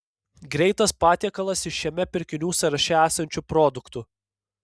greitas patiekalas iš šiame pirkinių sąraše esančių produktų